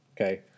okay